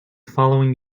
following